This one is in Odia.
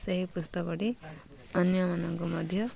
ସେହି ପୁସ୍ତକଟି ଅନ୍ୟମାନଙ୍କୁ ମଧ୍ୟ